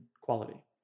quality